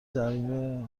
ضربه